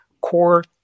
core